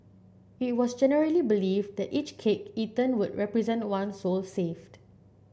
it was generally believed that each cake eaten would represent one soul saved